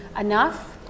enough